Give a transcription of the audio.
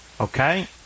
...okay